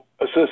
assist